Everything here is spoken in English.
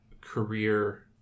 career